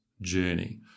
journey